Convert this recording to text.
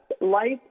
life